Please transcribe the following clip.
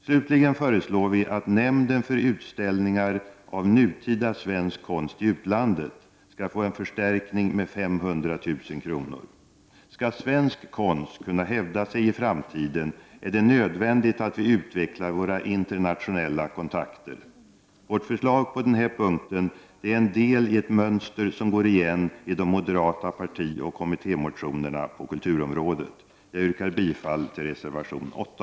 Slutligen föreslår vi att nämnden för utställningar av nutida svensk konst i utlandet skall få en förstärkning med 500 000 kr. Skall svensk konst kunna hävda sig i framtiden, är det nödvändigt att vi utvecklar våra internationella kontakter. Vårt förslag på denna punkt är en del i ett mönster som går igen i de moderata partioch kommittémotionerna på kulturområdet. Jag yrkar bifall till reservation 8.